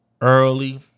early